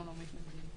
אנחנו נוריד.